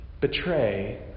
betray